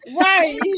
right